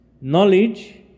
Knowledge